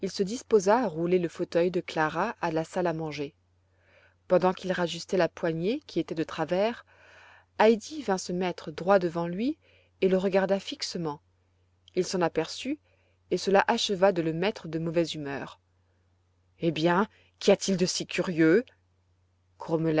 se disposa à rouler le fauteuil de clara à la salle à manger pendant qu'il rajustait la poignée qui était de travers heidi vint se mettre droit devant lui et le regarda fixement il s'en aperçut et cela acheva de le mettre de mauvaise humeur eh bien qu'y a-t-il de si curieux